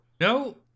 no